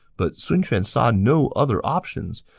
but sun quan saw no other options,